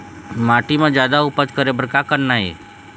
माटी म जादा उपज करे बर का करना ये?